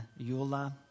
Yula